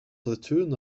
platoon